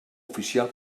oficial